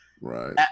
Right